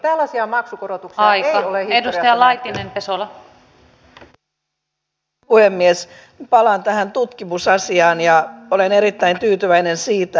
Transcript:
odotetaanko täällä liiaksi valmista pöytää ja jonkun maksamaa palkkaa vai mistä kyseinen passiivisuus